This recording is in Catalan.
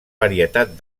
varietat